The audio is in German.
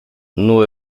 nur